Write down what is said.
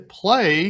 play